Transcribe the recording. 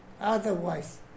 otherwise